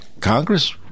Congress